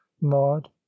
Maud